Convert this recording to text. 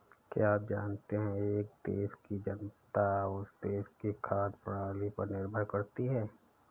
क्या आप जानते है एक देश की जनता उस देश की खाद्य प्रणाली पर निर्भर करती है?